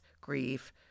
grief